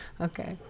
Okay